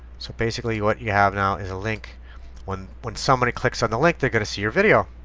so basically what you have now is a link when when somebody clicks on the link, they're going to see your video.